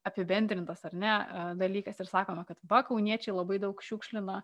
apibendrintas ar ne dalykas ir sakoma kad va kauniečiai labai daug šiukšlina